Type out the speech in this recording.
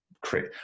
create